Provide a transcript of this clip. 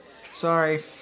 Sorry